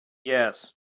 yes